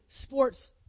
sports